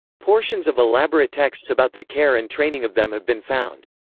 portions of elaborate texts about the care and training of them have been found.